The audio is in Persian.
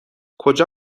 کجا